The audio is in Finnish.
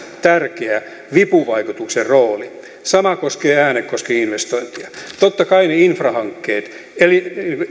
tärkeä vipuvaikutuksen rooli sama koskee äänekoski investointia totta kai ne infra hankkeet eli